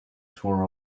tore